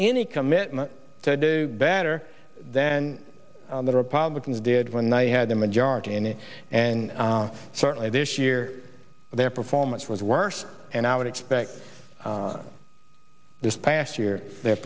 any commitment to do better than the republicans did when they had the majority any and certainly this year their performance was worse and i would expect this past year their